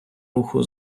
руху